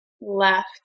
left